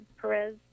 Perez